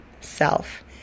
self